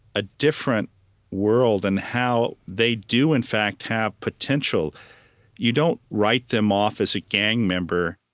a different world and how they do, in fact, have potential you don't write them off as a gang member,